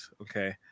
Okay